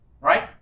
Right